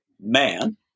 man